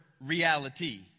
reality